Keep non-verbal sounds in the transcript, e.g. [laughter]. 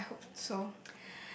[breath] I hope so